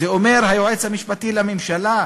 את זה אומר היועץ המשפטי לממשלה.